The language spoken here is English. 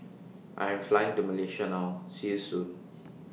I Am Flying to Malaysia now See YOU Soon